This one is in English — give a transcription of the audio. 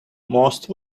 most